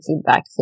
feedback